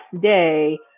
day